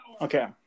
Okay